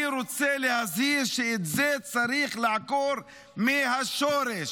אני רוצה להזהיר שאת זה צריך לעקור מהשורש.